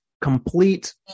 complete